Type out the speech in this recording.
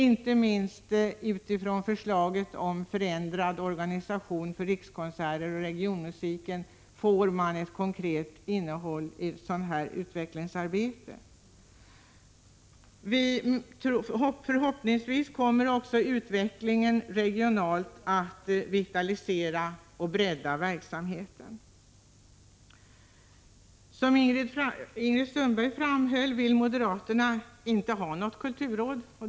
Inte minst utifrån förslaget om förändrad organisation för Rikskonserter och regionmusiken får förslagen om ett sådant utvecklingsarbete ett konkret innehåll. Förhoppningsvis kommer också utvecklingen regionalt att vitalisera och bredda verksamheten. Som Ingrid Sundberg framhöll vill moderaterna inte ha något kulturråd.